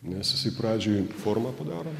nes jisai pradžioj formą padaro